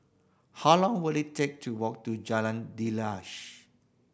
how long will it take to walk to Jalan Daliah